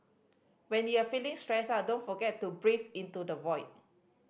when you are feeling stressed out don't forget to breathe into the void